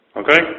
okay